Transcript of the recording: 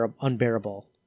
unbearable